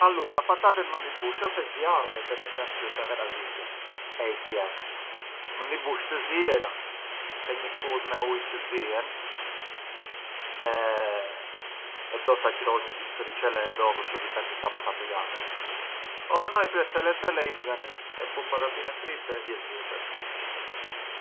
Allura patatet mënd i bush te zjarri sia per esempiu te ghradija, e i pjek, mënd i bush të ziera, te një kudh me ujë çë zien, e do ca qëro, edhe një gjimsë oriçele, dipendi sa patate jan, o më no i pret thele thele e i diganis e bun patate fritte e vjen zëmbra.